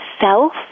self